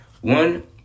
One